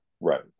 Right